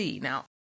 Now